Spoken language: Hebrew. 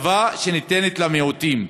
הטבה שניתנת למיעוטים.